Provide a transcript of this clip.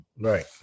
Right